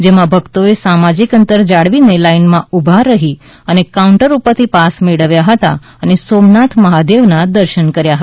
જેમાં ભક્તોએ સામાજીક અંતર જાળવીને લાઈનમાં ઉભા રહી અને કા ઉન્ટર ઉપર થી પાસ મેળવ્યા હતા અને સોમનાથ મહાદેવ ના દર્શન કર્યા હતા